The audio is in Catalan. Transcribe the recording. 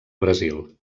brasil